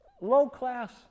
low-class